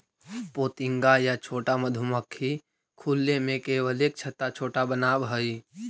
पोतिंगा या छोटा मधुमक्खी खुले में केवल एक छत्ता छोटा बनावऽ हइ